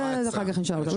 זה, אחר-כך נשאל אותם.